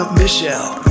michelle